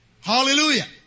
Hallelujah